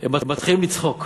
הם מתחילים לצחוק,